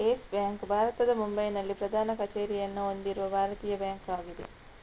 Yes Bank ಭಾರತದ ಮುಂಬೈನಲ್ಲಿ ಪ್ರಧಾನ ಕಚೇರಿಯನ್ನು ಹೊಂದಿರುವ ಭಾರತೀಯ ಬ್ಯಾಂಕ್ ಆಗಿದೆ